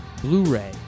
blu-ray